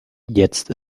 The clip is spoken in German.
jetzt